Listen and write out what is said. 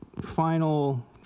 final